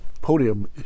podium